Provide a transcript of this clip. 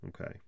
Okay